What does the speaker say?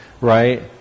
right